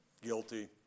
Guilty